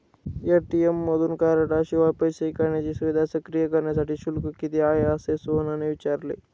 ATM मधून कार्डशिवाय पैसे काढण्याची सुविधा सक्रिय करण्यासाठी शुल्क किती आहे, असे सोहनने विचारले